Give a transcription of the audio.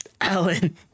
Alan